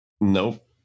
Nope